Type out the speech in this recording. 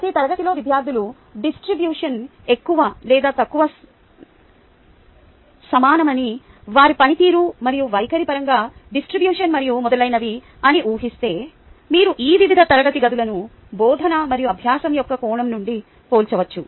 ప్రతి తరగతి గదిలో విద్యార్థుల డిస్ట్రిబ్యూషన్ ఎక్కువ లేదా తక్కువ సమానమని వారి పనితీరు మరియు వైఖరి పరంగా డిస్ట్రిబ్యూషన్ మరియు మొదలైనవి అని ఊహిస్తే మీరు ఈ వివిధ తరగతి గదులను బోధన మరియు అభ్యాసం యొక్క కోణం నుండి పోల్చవచ్చు